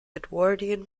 edwardian